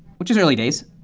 which is early days,